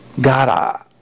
God